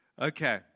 Okay